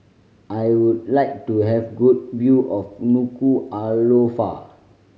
I would like to have good view of Nuku'alofa